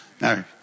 No